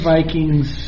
Vikings